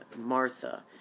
Martha